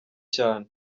cyane